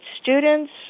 students